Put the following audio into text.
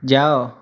ଯାଅ